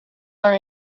are